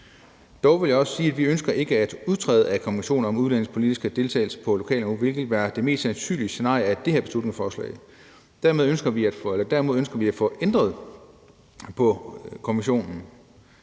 Dog vil jeg også sige, at vi ikke ønsker at udtræde af konventionen om udlændinges politiske deltagelse på lokalniveau, hvilket vil være det mest sandsynlige scenarie af det her beslutningsforslag. Derimod ønsker vi at få ændret på konventionen,